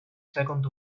second